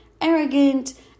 arrogant